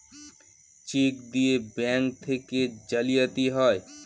check দিয়ে bank থেকে জালিয়াতি হয়